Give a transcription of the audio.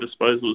disposals